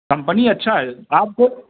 company अच्छा है आपको